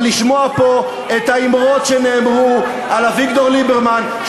אבל לשמוע פה את האמירות שנאמרו על אביגדור ליברמן,